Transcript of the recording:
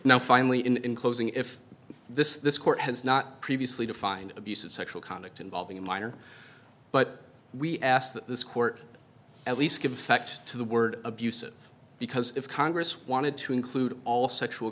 now finally in closing if this this court has not previously defined abuse of sexual conduct involving a minor but we ask that this court at least give effect to the word abusive because if congress wanted to include all sexual